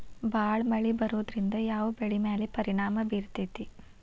ಭಾಳ ಮಳಿ ಬರೋದ್ರಿಂದ ಯಾವ್ ಬೆಳಿ ಮ್ಯಾಲ್ ಪರಿಣಾಮ ಬಿರತೇತಿ?